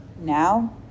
Now